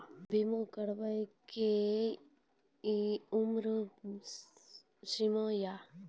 बीमा करबे के कि उम्र सीमा या?